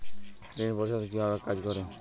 ঋণ পরিশোধ কিভাবে কাজ করে?